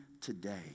today